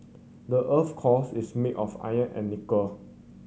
the earth's cores is made of iron and nickel